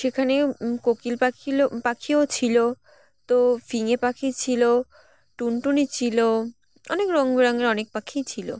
সেখানেও কোকিল পাখি পাখিও ছিলো তো ফিঙে পাখি ছিল টুনটুনি ছিলো অনেক রঙ বেরঙের অনেক পাখিই ছিলো